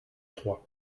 trois